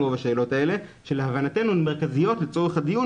רוב השאלות האלה שלהבנתנו הן מרכזיות לצורך הדיון